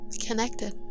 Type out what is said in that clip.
Connected